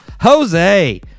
Jose